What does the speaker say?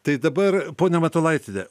tai dabar ponia matulaitiene